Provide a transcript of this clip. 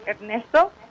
Ernesto